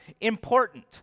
important